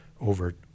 over